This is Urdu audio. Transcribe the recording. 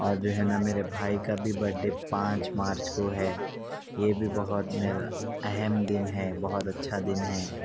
اور جو ہے نا میرے بھائی کا بھی برتھ ڈے پانچ مارچ کو ہے یہ بھی بہت میرا اہم دن ہے بہت اچھا دن ہے